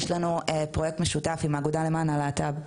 יש לנו פרויקט משותף עם ׳האגודה למען הלהט״ב׳,